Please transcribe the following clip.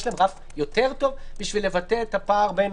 יש להם רף יותר טוב בשביל לבטא את הפער בין